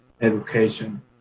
education